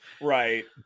Right